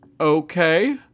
okay